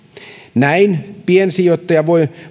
näin piensijoittaja voi